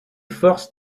forces